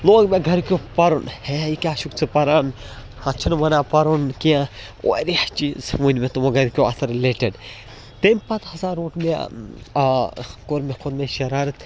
لوگ مےٚ گَرکیو پَرُن ہے یہِ کیٛاہ چھُکھ ژٕ پَران اَتھ چھِنہٕ وَنان پَرُن کیٚنٛہہ واریاہ چیٖز ؤنۍ مےٚ تِمو گَرِکیو اَتھ رِلیٚٹِڈ تَمہِ پَتہٕ ہَسا روٚٹ مےٚ آ کوٚر مےٚ کھوٚت مےٚ شرارت